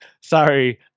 Sorry